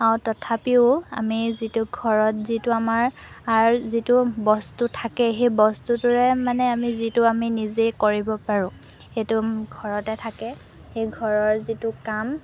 আৰু তথাপিও আমি যিটো ঘৰত যিটো আমাৰ যিটো বস্তু থাকে সেই বস্তুটোৰে মানে আমি যিটো আমি নিজেই কৰিব পাৰোঁ সেইটো ঘৰতে থাকে সেই ঘৰৰ যিটো কাম